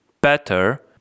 better